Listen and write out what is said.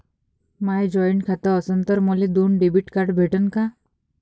माय joint खातं असन तर मले दोन डेबिट कार्ड भेटन का?